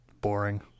Boring